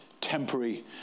temporary